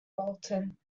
bolton